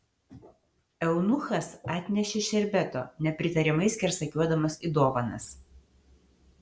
eunuchas atnešė šerbeto nepritariamai skersakiuodamas į dovanas